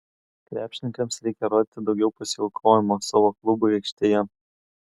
krepšininkams reikia rodyti daugiau pasiaukojimo savo klubui aikštėje